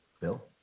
Bill